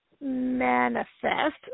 manifest